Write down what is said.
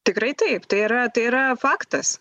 tikrai taip tai yra tai yra faktas